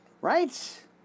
Right